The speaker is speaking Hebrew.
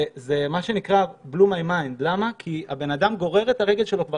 זה הימם אותי כי האדם גורר את הרגל שלו כבר